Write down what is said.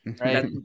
right